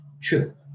true